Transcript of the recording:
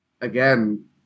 again